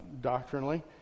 doctrinally